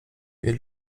wir